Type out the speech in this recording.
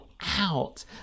out